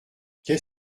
qu’est